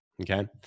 Okay